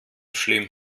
schlimm